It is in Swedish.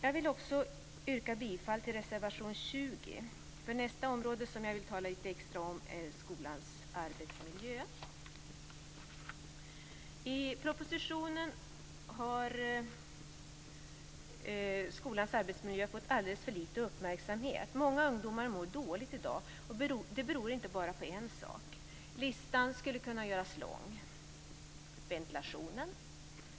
Jag vill också yrka bifall till reservation 20. Nästa område jag vill tala lite extra om är nämligen skolans arbetsmiljö. I propositionen har skolans arbetsmiljö fått alldeles för lite uppmärksamhet. Många ungdomar mår dåligt i dag, och det beror inte bara på en sak. Listan skulle kunna göras lång. Vi kan börja med ventilationen.